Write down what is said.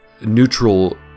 neutral